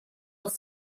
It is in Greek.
του